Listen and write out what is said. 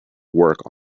work